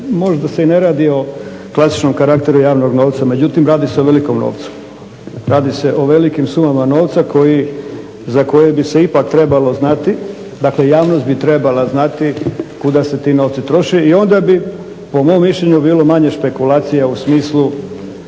možda se i ne radi o klasičnom karakteru javnog novca, međutim radi se o velikom novcu, radi se o velikim sumama novca za koje bi se ipak trebalo znati, dakle javnost bi trebala znati kuda se ti novci troše i onda bi, po mom mišljenju, bilo manje špekulacija u smislu